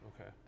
Okay